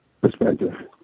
perspective